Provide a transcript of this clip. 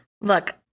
Look